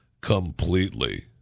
Completely